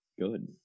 good